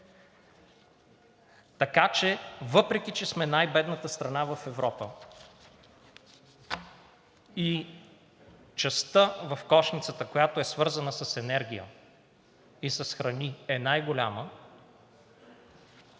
така че, въпреки че сме най-бедната страна в Европа и частта в кошницата, която е свързана с енергия и с храни е най-голяма,